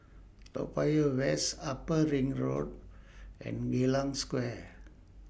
Toa Payoh West Upper Ring Road and Geylang Square